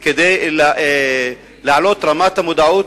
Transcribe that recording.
כדי להעלות את רמת המודעות,